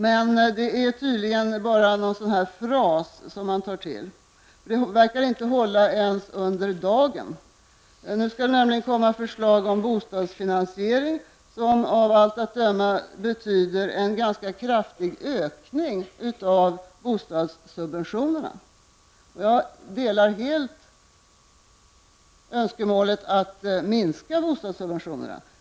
Men det är tydligen bara en fras som man tar till. Den verkar inte hålla ens under dagen. Nu skall det nämligen komma ett förslag om bostadsfinansiering som av allt att döma betyder en ganska kraftig ökning av bostadssubventionerna. Jag delar helt önskemålet att man skall minska bostadssubventionerna.